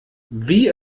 wie